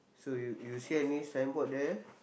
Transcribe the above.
so you you see any signboard there